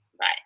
right